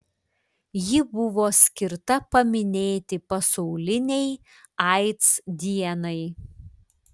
ji buvo skirta paminėti pasaulinei aids dienai